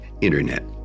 internet